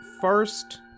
first